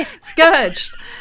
scourged